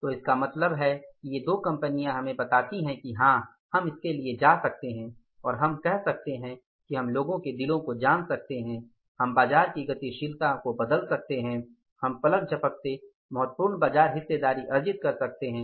तो इसका मतलब है कि ये दो कहानियां हमें बताती हैं कि हां हम इसके लिए जा सकते हैं और हम कह सकते हैं कि हम लोगों के दिलों को जान सकते हैं हम बाजार की गतिशीलता को बदल सकते हैं हम पलक झपकते महत्वपूर्ण बाजार हिस्सेदारी अर्जित कर सकते है